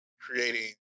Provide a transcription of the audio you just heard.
creating